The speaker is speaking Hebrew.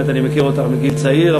אני מכיר אותך מגיל צעיר,